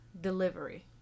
delivery